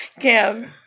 Cam